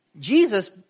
Jesus